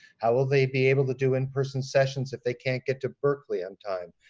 how will they be able to do in-person sessions if they can't get to berkeley on time?